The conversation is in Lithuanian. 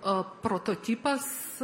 a prototipas